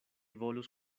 volus